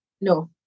No